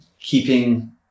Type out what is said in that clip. keeping